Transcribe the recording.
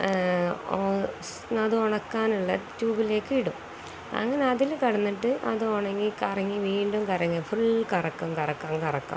ആ അത് ഉണക്കാനുള്ള ട്യൂബിലേക്ക് ഇടും അങ്ങനെ അതില് കിടന്നിട്ട് അത് ഉണങ്ങി കറങ്ങി വീണ്ടും കറങ്ങി ഫുൾ കറക്കം കറക്കം കറക്കം